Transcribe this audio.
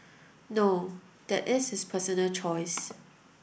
no that is his personal choice